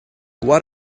what